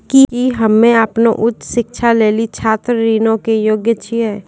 कि हम्मे अपनो उच्च शिक्षा लेली छात्र ऋणो के योग्य छियै?